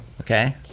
Okay